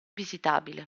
visitabile